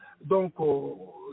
Donc